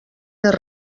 més